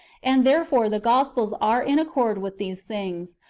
and there fore the gospels are in accord with these things,